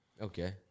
Okay